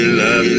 love